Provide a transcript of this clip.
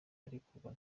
arekurwa